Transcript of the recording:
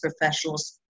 Professionals